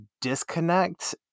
disconnect